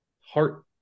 heart-